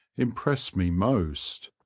impressed me most.